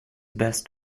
best